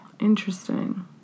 Interesting